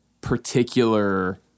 particular